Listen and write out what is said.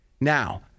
Now